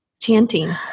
chanting